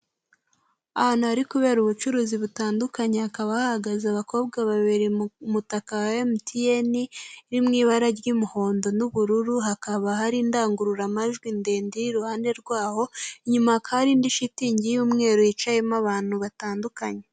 Ahantu hari kubera ubucuruzi butandukanye, hakaba hahagaze abakobwa babiri mu mutaka wa MTN iri mu ibara ry'umuhondo n'ubururu, hakaba hari indangururamajwi ndende iiruhande rwaho, inyuma hakaba hari indi shitingi y'umweru yicayemo abantu batandukanye.